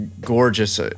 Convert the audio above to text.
Gorgeous